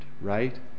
right